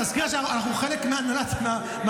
להזכיר שאנחנו חלק מהממשלה.